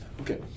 Okay